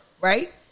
Right